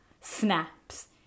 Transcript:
snaps